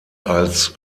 als